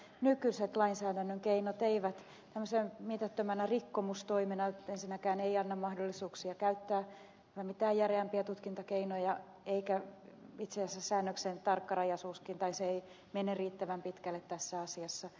nykyiset lainsäädännön keinot eivät tämmöisenä mitättömänä rikkomustoimena ensinnäkään anna mahdollisuuksia käyttää mitään järeämpiä tutkintakeinoja eikä itse asiassa säännöksen tarkkarajaisuuskaan mene riittävän pitkälle tässä asiassa